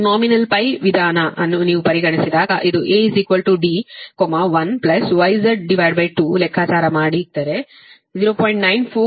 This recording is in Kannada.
ನಾಮಿನಲ್ ವಿಧಾನ ಅನ್ನು ನೀವು ಪರಿಗಣಿಸಿದಾಗ ಅದು A D 1 YZ2 ಲೆಕ್ಕಾಚಾರ ಮಾಡಿದರೆ ಆಗಿದ್ದರೆ 0